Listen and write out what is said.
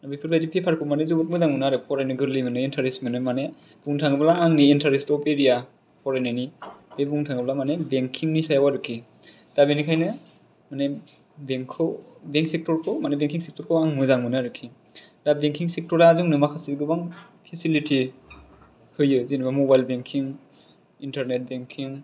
बेफोरबादि पेपार खौ माने जोबोद मोजां मोनो आरो फरायनो गोरलै मोनो इन्टारेस्ट मोनो माने बुंनो थाङोब्ला आंनि इन्टारेस्ट अप एरिया फरायनायनि बुंनो थाङोब्ला माने बेंकिं नि सायाव आरोखि दा बेनिखायनो माने बेकिं सेक्ट'र खौ आङो मोजां मोनो आरोखि दा बेंकिं सेक्ट'रा जोंनो माखासे गोबां पेसिलिटि होयो जेन'बा मबाइल बेंकिं इन्टारनेट बेंकिं